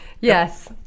Yes